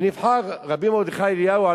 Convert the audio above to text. ונבחר רבי מרדכי אליהו,